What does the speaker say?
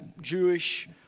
Jewish